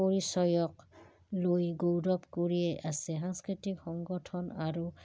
পৰিচয়ক লৈ গৌৰৱ কৰি আছে সাংস্কৃতিক সংগঠন আৰু